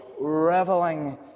reveling